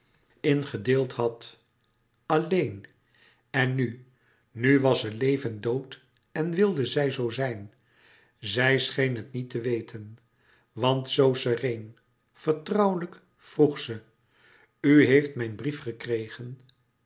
gedeeld had alleen en nu nu was ze levend dood en wilde zij zoo zijn ze scheen het niet te weten want zoo sereen vertrouwelijk vroeg ze u heeft mijn brief gekregen